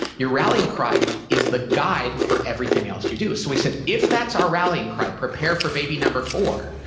your rallying cry is the guide for everything else you do. so we said, if that's our rallying cry, prepare for baby number four.